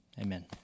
amen